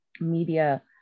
media